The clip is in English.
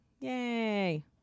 Yay